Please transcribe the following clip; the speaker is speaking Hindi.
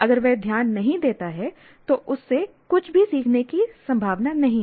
अगर वह ध्यान नहीं देता है तो उससे कुछ भी सीखने की संभावना नहीं है